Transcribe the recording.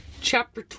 chapter